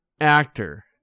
actor